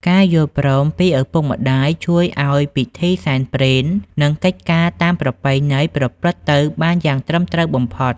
ការយល់ព្រមពីឪពុកម្ដាយជួយឱ្យពិធីសែនព្រេន និងកិច្ចការតាមប្រពៃណីប្រព្រឹត្តទៅបានយ៉ាងត្រឹមត្រូវបំផុត។